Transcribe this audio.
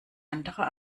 anderer